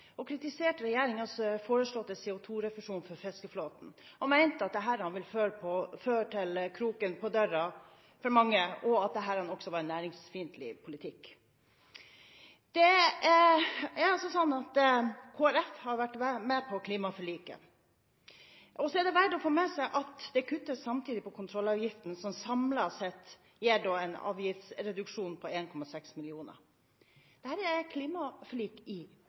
og kritiserte regjeringens foreslåtte CO2-refusjon for fiskeflåten, og de mente at dette ville føre til kroken på døren for mange, og at dette også var en næringsfiendtlig politikk. Da er det verdt å få med seg at det samtidig kuttes på kontrollavgiften, som samlet sett gir en avgiftsreduksjon på 1,6 mill. kr. Dette er klimaforliket i praksis, og Kristelig Folkeparti har altså vært med på klimaforliket. Stortinget er, som jeg sa, også inkludert Kristelig Folkeparti. Dette trenger en